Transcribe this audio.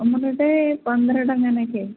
ଆମର ଗୋଟେ ପନ୍ଦର ଟଙ୍କା ଲେଖେ